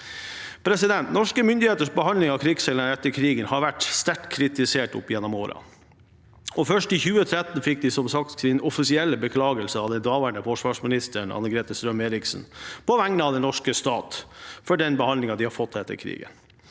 lønn. Norske myndigheters behandling av krigsseilerne etter krigen har vært sterkt kritisert opp gjennom årene. Først i 2013 fikk de som sagt sin offisielle beklagelse av den daværende forsvarsministeren, Anne-Grete StrømErichsen, på vegne av den norske stat, for den behandlingen de har fått etter krigen.